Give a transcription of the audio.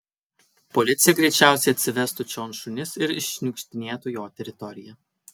policija greičiausiai atsivestų čion šunis ir iššniukštinėtų jo teritoriją